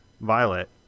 Violet